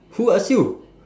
who ask you